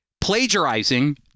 plagiarizing